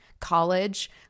college